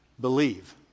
believe